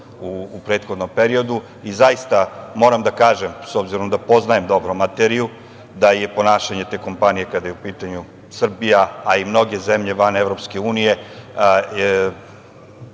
u prethodnom periodu i zaista moram da kažem da poznajem dobro materiju, da je ponašanje te kompanije kada je u pitanju Srbija, a i mnoge zemlje van EU,